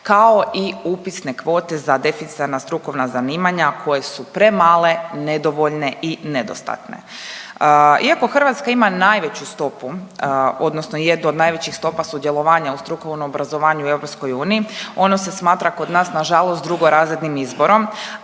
kao i upisne kvote za deficitarna strukovna zanimanja koje su premale, nedovoljne i nedostatne. Iako Hrvatska ima najveću stopu, odnosno jednu od najvećih stopa sudjelovanja u strukovnom obrazovanju u EU. Ono se smatra kod nas na žalost drugorazrednim izborom,